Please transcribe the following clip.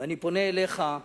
ואני פונה אליך,